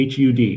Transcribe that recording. hud